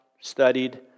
studied